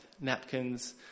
napkins